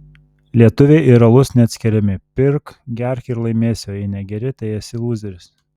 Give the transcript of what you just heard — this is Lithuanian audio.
lietuviai ir alus neatskiriami pirk gerk ir laimėsi o jei negeri tai esi lūzeris